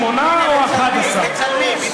יהיו לכם שמונה או 11. מצלמים.